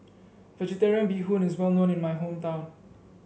vegetarian Bee Hoon is well known in my hometown